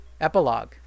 Epilogue